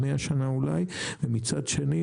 100 שנה אולי; ומצד שני,